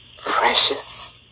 precious